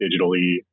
digitally